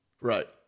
Right